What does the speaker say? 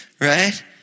right